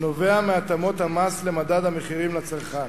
הנובע מהתאמות המס למדד המחירים לצרכן.